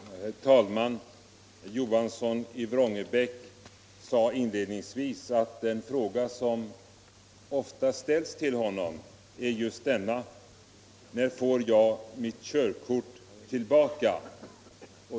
Herr talman! Herr Johansson i Vrångebäck sade inledningsvis att en fråga som ofta ställs till honom är denna: När får jag mitt körkort tillbaka?